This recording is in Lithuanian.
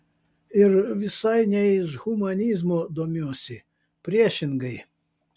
ir visai ne iš humanizmo domiuosi priešingai